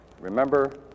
Remember